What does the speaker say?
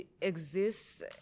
exists